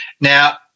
Now